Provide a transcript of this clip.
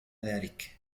ذلك